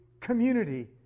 community